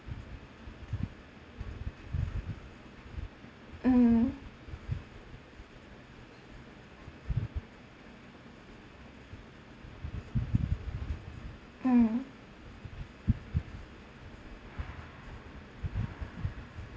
mm mm